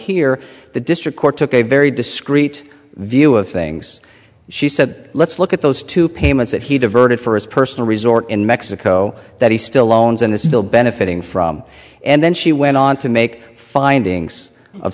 here the district court took a very discrete view of things she said let's look at those two payments that he diverted for his personal resort in mexico that he still loans and it's still benefiting from and then she went on to make findings of